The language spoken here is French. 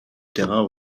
terrain